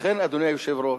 לכן, אדוני היושב-ראש,